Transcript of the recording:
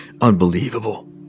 Unbelievable